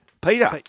Peter